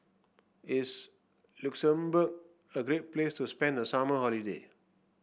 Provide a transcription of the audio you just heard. is Luxembourg a great place to spend the summer holiday